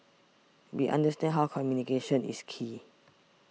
we understand how communication is key